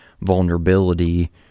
vulnerability